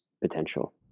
potential